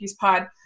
pod